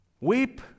weep